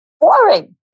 boring